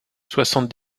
soixante